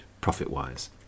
profit-wise